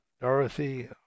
Dorothy